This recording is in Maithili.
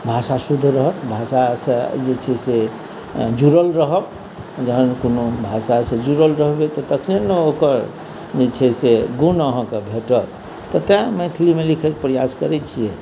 भाषा शुद्ध रहत भाषासँ जे छै से जुड़ल रहब जहन कोनो भाषासँ जुड़ल रहबै तऽ तखने ने ओकर जे छै से गुण अहाँके भेटत तऽ तेँ मैथिलीमे लिखयके प्रयास करैत छियै